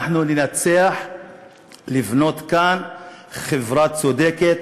אנחנו נצליח לבנות כאן חברה צודקת,